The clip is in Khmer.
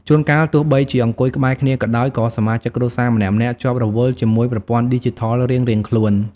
ជួនកាល ទោះបីជាអង្គុយក្បែរគ្នាក៏ដោយ ក៏សមាជិកគ្រួសារម្នាក់ៗជាប់រវល់ជាមួយប្រព័ន្ធឌីជីថលរៀងៗខ្លួន ។